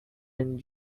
and